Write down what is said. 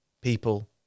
people